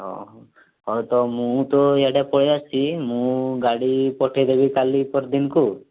ଓହୋ ହେଉ ତ ମୁଁ ତ ଆଡ଼େ ପଳାଇ ଆସିଛି ମୁଁ ଗାଡ଼ି ପଠେଇ ଦେବି କାଲି ପରଦିନକୁ